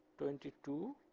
twenty two,